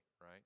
right